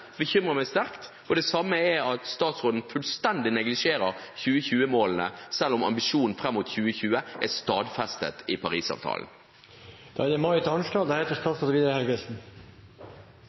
bekymrer meg sterkt, og det samme gjør det at statsråden fullstendig neglisjerer 2020-målene, selv om ambisjonen fram mot 2020 er stadfestet i Paris-avtalen. Det var representanten Elvestuens innlegg som fikk meg til å ta ordet, for jeg tror det er